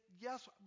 Yes